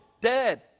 dead